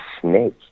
snake